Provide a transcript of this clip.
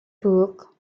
book